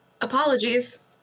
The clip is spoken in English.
Apologies